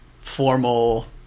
formal